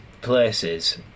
places